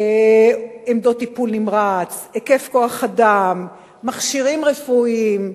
עמדות טיפול נמרץ, היקף כוח-אדם, מכשירים רפואיים.